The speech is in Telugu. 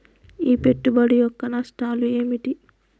ఈ పెట్టుబడి యొక్క నష్టాలు ఏమిటి?